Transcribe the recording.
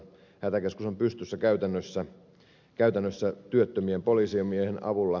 hätäkeskus on pystyssä käytännössä työttömien poliisimiesten avulla